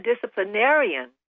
disciplinarian